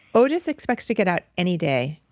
otis expects to get out any day,